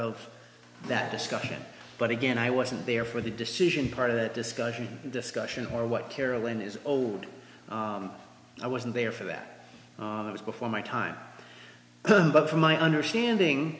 of that discussion but again i wasn't there for the decision part of the discussion discussion or what carolyn is old i wasn't there for that it was before my time but from my understanding